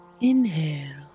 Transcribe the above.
Inhale